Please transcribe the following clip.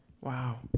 Wow